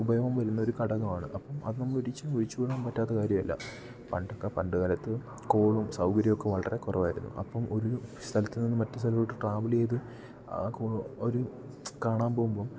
ഉപയോഗം വരുന്ന ഒരു ഘടകമാണ് അപ്പം അത് നമ്മൾ ഒരിച്ചും ഒഴിച്ചു കൂടാൻ പറ്റാത്ത കാര്യമല്ല പണ്ടൊക്കെ പണ്ട് കാലത്ത് കോളും സൗകര്യമൊക്കെ വളരെ കുറവായിരുന്നു അപ്പം ഒരു സ്ഥലത്ത് നിന്ന് മറ്റ് സ്ഥലത്തോട്ട് ട്രാവൽ ചെയ്തു ആകും ഒരു കാണാൻ പോകുമ്പം